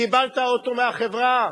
קיבלת אוטו מהחברה,